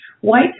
white